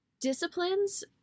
disciplines